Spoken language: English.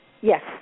Yes